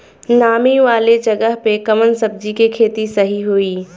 नामी वाले जगह पे कवन सब्जी के खेती सही होई?